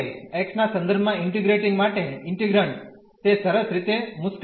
x ના સંદર્ભ માં ઇન્ટીગ્રેટીંગ માટે ઇન્ટીગ્રન્ડ તે સરસ રીતે મુશ્કેલ હશે